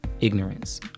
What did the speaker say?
ignorance